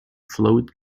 float